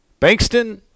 Bankston